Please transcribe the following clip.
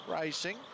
racing